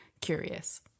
curious